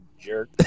jerk